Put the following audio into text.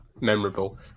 memorable